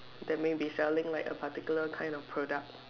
that may be selling like a particular kind of product